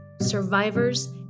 Survivors